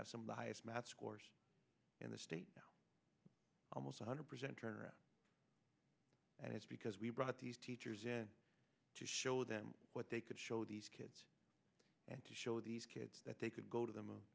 have some of the highest math scores in the state now almost one hundred percent turn around and it's because we brought these teachers in to show them what they could show these kids and to show these kids that they could go to them